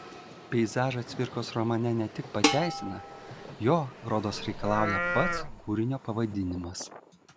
peizažą cvirkos romane ne tik pateisina jo rodos reikalauja pats kūrinio pavadinimas